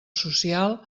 social